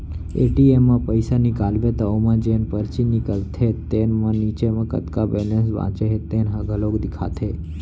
ATM म पइसा निकालबे त ओमा जेन परची निकलथे तेन म नीचे म कतका बेलेंस बाचे हे तेन ह घलोक देखाथे